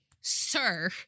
Sir